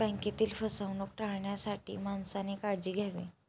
बँकेतील फसवणूक टाळण्यासाठी माणसाने काळजी घ्यावी